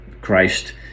Christ